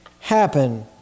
happen